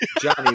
johnny